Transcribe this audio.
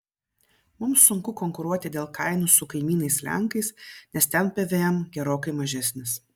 mums sunku konkuruoti dėl kainų su kaimynais lenkais nes ten pvm gerokai mažesnis